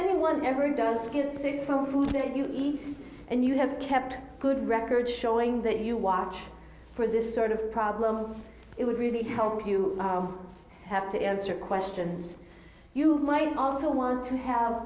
anyone ever does get sick from food if you eat and you have kept good records showing that you watch for this sort of problem it would really help you have to answer questions you might also want to have